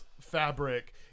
fabric